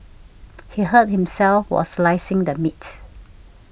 he hurt himself while slicing the meat